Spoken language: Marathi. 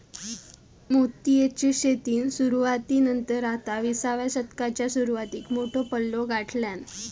मोतीयेची शेतीन सुरवाती नंतर आता विसाव्या शतकाच्या सुरवातीक मोठो पल्लो गाठल्यान